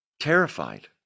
terrified